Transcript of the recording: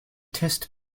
test